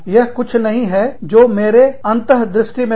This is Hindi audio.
यह कुछ नहीं है जो मेरे अंतर्दृष्टि मे था